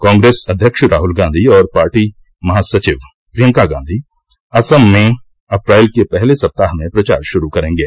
कांग्रेस अध्यक्ष राहुल गांधी और पार्टी महासचिव प्रियंका गांधी असम में अप्रैल के पहले सप्ताह में प्रचार शुरू करेंगे